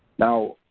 now,